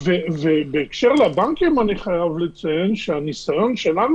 בהקשר לבנקים אני חייב לציין שהניסיון שלנו